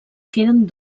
queden